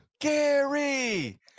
gary